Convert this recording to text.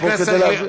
אתה פה כדי להבהיר,